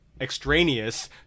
extraneous